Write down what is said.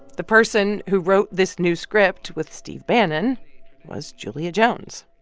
the person who wrote this new script with steve bannon was julia jones.